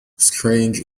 strange